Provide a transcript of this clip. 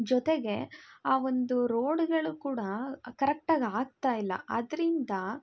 ಜೊತೆಗೆ ಆ ಒಂದು ರೋಡುಗಳು ಕೂಡ ಕರೆಕ್ಟಾಗಿ ಆಗ್ತಾ ಇಲ್ಲ ಅದರಿಂದ